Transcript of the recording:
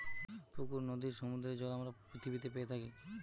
পুকুর, নদীর, সমুদ্রের জল আমরা পৃথিবীতে পেয়ে থাকি